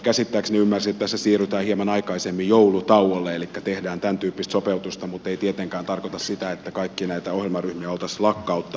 käsittääkseni näin ainakin ymmärsin tässä siirrytään hieman aikaisemmin joulutauolle elikkä tehdään tämäntyyppistä sopeutusta mutta se ei tietenkään tarkoita sitä että kaikkia näitä ohjelmaryhmiä oltaisiin lakkauttamassa